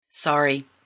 Sorry